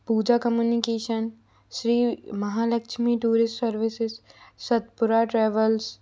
Puja communication Shri Mahalakshmi tourist services Satpura travels